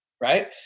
Right